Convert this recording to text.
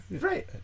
Right